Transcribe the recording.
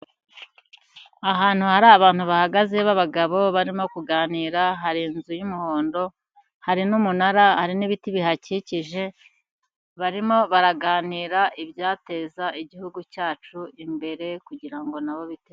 Ahantu hari abantu bahagaze b'abagabo barimo kuganira, hari inzu y'umuhondo, hari n'umunara, hari n'ibiti bihakikije barimo baraganira ibyateza igihugu cyacu imbere kugira ngo nabo biteze imbere.